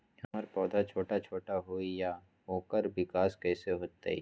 हमर पौधा छोटा छोटा होईया ओकर विकास कईसे होतई?